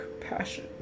compassion